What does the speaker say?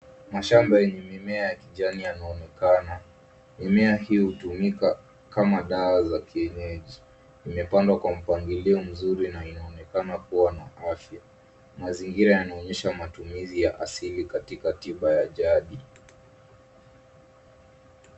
Mashamba yenye mimea ya kijana yanaonekana. Mimea hii hutumika kama dawa za kienyeji. Imepandwa kwa mpangilio mzuri na inaonekana kuwa na afya. Mazingira yanaonyesha matumizi ya asili katika tiba ya jadi.